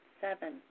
seven